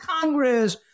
Congress